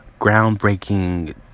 groundbreaking